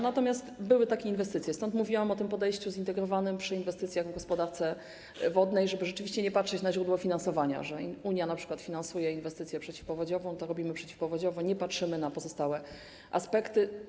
Natomiast były takie inwestycje, stąd mówiłam o podejściu zintegrowanym przy inwestycjach w gospodarkę wodą, żeby rzeczywiście nie patrzeć na źródło finansowania - skoro Unia np. finansuje inwestycje przeciwpowodziowe, to realizujemy inwestycje przeciwpowodziowe i nie patrzymy na pozostałe aspekty.